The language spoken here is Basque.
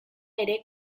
ere